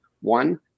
One